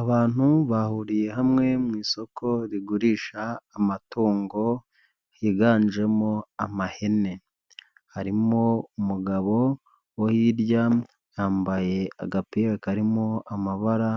Abantu bahuriye hamwe mu isoko rigurisha amatungo, higanjemo amahene. Harimo umugabo wo hirya, yambaye agapira karimo amabara